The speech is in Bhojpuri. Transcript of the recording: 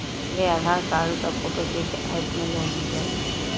हमरे आधार कार्ड क फोटो सीधे यैप में लोनहो जाई?